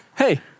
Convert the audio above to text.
Hey